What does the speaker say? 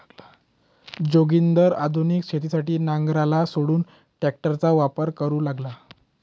जोगिंदर आधुनिक शेतीसाठी नांगराला सोडून ट्रॅक्टरचा वापर करू लागला